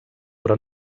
però